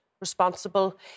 responsible